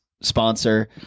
sponsor